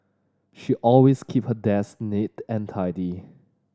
she always keep her desk neat and tidy